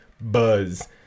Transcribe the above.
buzz